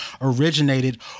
originated